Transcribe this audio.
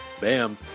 Bam